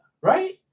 right